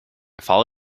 fall